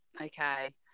Okay